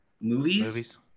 Movies